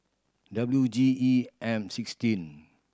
W G E M sixteen